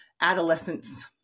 adolescence